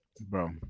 Bro